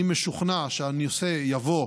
אני משוכנע שהנושא יבוא,